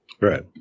Right